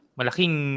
malaking